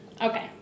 Okay